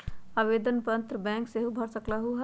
आवेदन पत्र बैंक सेहु भर सकलु ह?